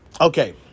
Okay